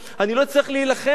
אני לא אצטרך להילחם בהם,